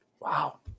wow